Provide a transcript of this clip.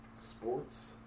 sports